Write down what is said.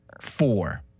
four